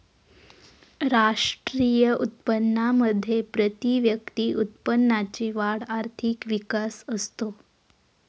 राष्ट्रीय उत्पन्नामध्ये प्रतिव्यक्ती उत्पन्नाची वाढ आर्थिक विकास असतो